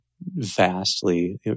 vastly